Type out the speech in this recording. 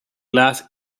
glass